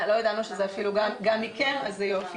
לא ידענו שזה אפילו גם מכם, אז זה יופי.